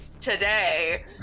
Today